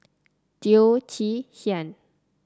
Teo Chee Hean